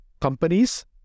companies